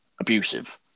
abusive